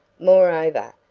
moreover,